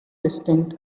distinct